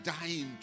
dying